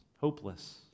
hopeless